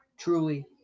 Truly